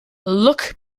look